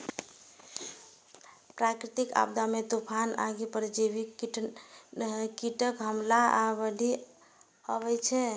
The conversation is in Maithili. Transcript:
प्राकृतिक आपदा मे तूफान, आगि, परजीवी कीटक हमला आ बाढ़ि अबै छै